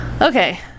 Okay